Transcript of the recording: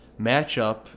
matchup